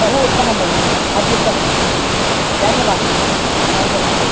बहु उत्तमं भगिनि अत्युत्तमं धन्यवादः धन्यवादः